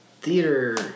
theater